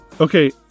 Okay